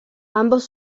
ambos